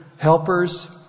helpers